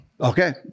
Okay